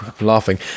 laughing